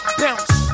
bounce